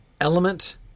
element